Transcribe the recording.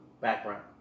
background